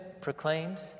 proclaims